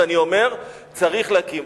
ואני אומר: צריך להקים.